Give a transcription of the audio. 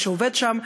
ממי שעובד שם.